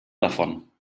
davon